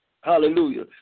Hallelujah